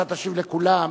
אתה תשיב לכולם,